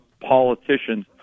politicians